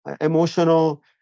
emotional